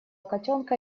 котенка